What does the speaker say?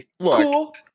Cool